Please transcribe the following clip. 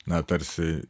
na tarsi